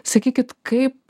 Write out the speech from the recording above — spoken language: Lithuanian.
sakykit kaip